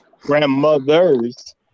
grandmothers